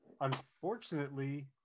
unfortunately